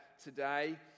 today